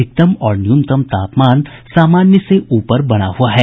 अधिकतम और न्यूनतम तापमान सामान्य से ऊपर बना हुआ है